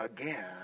again